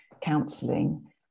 counselling